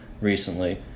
recently